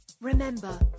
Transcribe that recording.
Remember